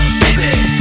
baby